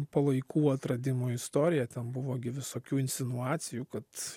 palaikų atradimo istoriją ten buvo visokių insinuacijų kad